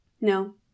No